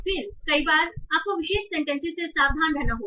फिर कई बार आपको विशिष्ट सेंटेंसेस से सावधान रहना होगा